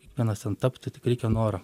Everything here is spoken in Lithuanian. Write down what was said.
kiekvienas ten tapti tik reikia noro